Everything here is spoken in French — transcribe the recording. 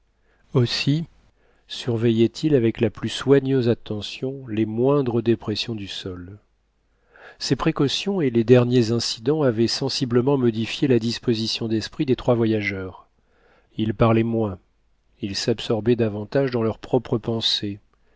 aussi surveillait il avec la plus soigneuse attention les moindres dépressions du sol ces précautions et les derniers incidents avaient sensiblement modifié la disposition d'esprit des trois voyageurs ils parlaient moins ils s'absorbaient davantage dans leurs propres pensées